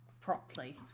properly